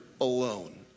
alone